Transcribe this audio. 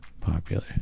popular